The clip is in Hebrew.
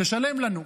תשלם לנו.